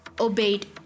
obeyed